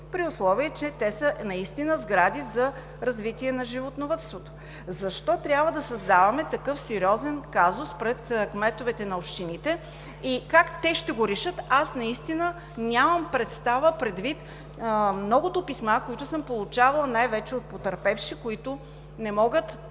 при условие, че те са сгради за развитие на животновъдството. Защо трябва да създаваме такъв сериозен казус пред кметовете на общините и как те ще го решат, аз нямам представа, предвид многото писма, които съм получавала най-вече от потърпевши, които не могат